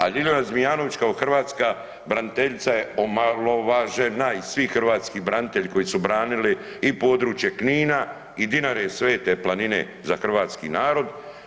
A Ljiljana Zmijanović kao hrvatska braniteljica je omalovažena i svi hrvatski branitelji koji su branili i područje Knina i Dinare svete planine za hrvatski narod.